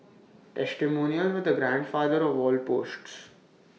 testimonials were the grandfather of wall posts